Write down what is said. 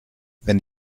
wenn